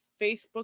Facebook